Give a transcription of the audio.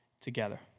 together